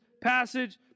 passage